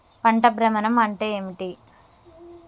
పంట భ్రమణం అంటే ఏంటి?